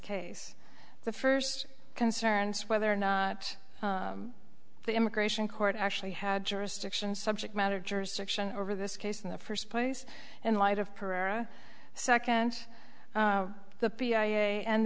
case the first concerns whether or not the immigration court actually had jurisdiction subject matter jurisdiction over this case in the first place in light of pereira second the p i a and